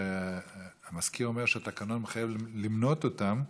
והמזכיר אומר שהתקנון מחייב למנות אותם,